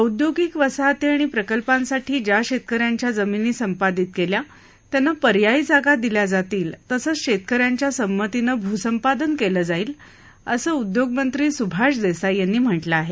औद्यागिक वसाहती आणि प्रकल्पांसाठी ज्या शेतकऱ्यांच्या जमिनी संपादित केल्या त्यांना पर्यायी जागा दिल्या जातील तसंच शेतकऱ्यांच्या संमतीनं भूसंपादन केलं जाईल असं उद्योगमंत्री सुभाष देसाई यांनी म्हटलं आहे